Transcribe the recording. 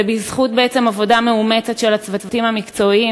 זה בזכות עבודה מאומצת של הצוותים המקצועיים,